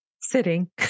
Sitting